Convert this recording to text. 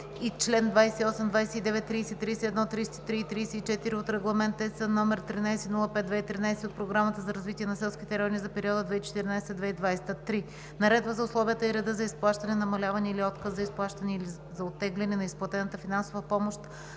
чл. 28, 29, 30, 31, 33 и 34 от Регламент (ЕС) № 1305/2013 от Програмата за развитие на селските райони за периода 2014 – 2020 г.; 3. наредба за условията и реда за изплащане, намаляване или отказ за изплащане, или за оттегляне на изплатената финансова помощ